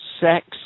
Sex